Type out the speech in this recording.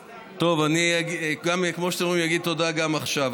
טוב, כמו שאתם אומרים, אגיד תודה עכשיו.